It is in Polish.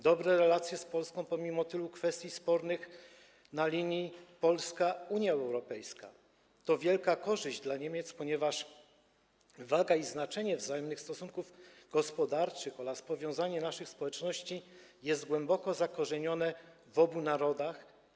Dobre relacje z Polską pomimo tylu kwestii spornych na linii Polska - Unia Europejska to wielka korzyść dla Niemiec, ponieważ waga i znaczenie wzajemnych stosunków gospodarczych oraz powiązanie naszych społeczności są głęboko zakorzenione w obu narodach.